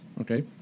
Okay